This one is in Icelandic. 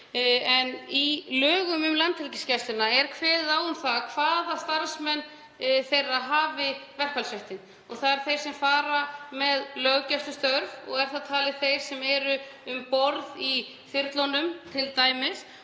En í lögum um Landhelgisgæsluna er kveðið á um það hvaða starfsmenn þeirra hafi verkfallsrétt og það eru þeir sem fara með löggæslustörf, þar með taldir þeir sem eru um borð í þyrlunum en ekki